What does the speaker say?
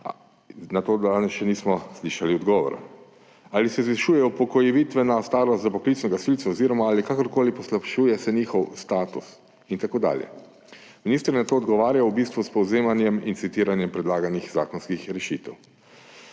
na to danes še nismo slišali odgovora – ali se zvišuje upokojitvena starost za poklicne gasilce oziroma ali se kakorkoli poslabšuje njihov status in tako dalje. Minister je na to odgovarjal s povzemanjem in citiranjem predlaganih zakonskih rešitev.